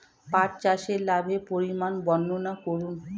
পাঠ চাষের লাভের পরিমান বর্ননা করুন?